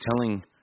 telling